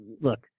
look